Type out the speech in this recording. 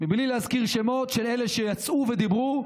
בלי להזכיר שמות של אלה שיצאו ודיברו,